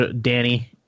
Danny